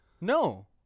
no